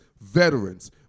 veterans